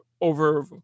over